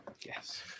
Yes